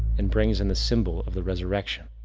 and brings in the symbol of the resurrection.